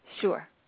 Sure